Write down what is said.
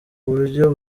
buryo